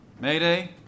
Mayday